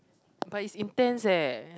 but is intense eh